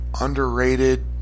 underrated